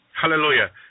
Hallelujah